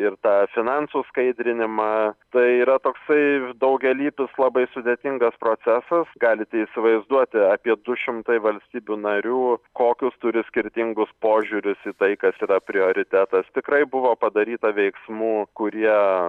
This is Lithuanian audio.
ir tą finansų skaidrinimą tai yra toksai daugialypis labai sudėtingas procesas galite įsivaizduoti apie du šimtai valstybių narių kokius turi skirtingus požiūrius į tai kas yra prioritetas tikrai buvo padaryta veiksmų kurie